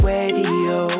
Radio